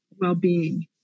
well-being